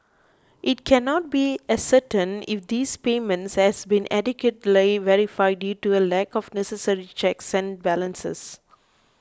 it cannot be ascertained if these payments had been adequately verified due to a lack of necessary checks and balances